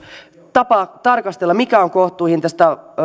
tapa tarkastella sitä mikä on kohtuuhintaista